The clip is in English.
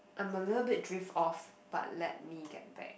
I'm a little bit drift off but let me get back